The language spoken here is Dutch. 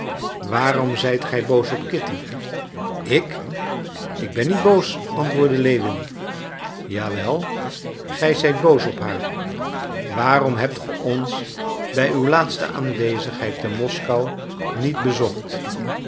waarom zijt gij boos op kitty ik ik ben niet boos antwoordde lewin ja wel gij zijt boos op haar waarom hebt ge ons bij uw laatste aanwezigheid te moskou niet bezocht